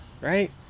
right